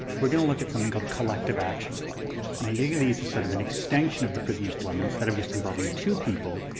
we're gonna look at something called collective action problems. now, you're gonna use sort of an extension of the prisoner's dilemma, instead of just involving two people,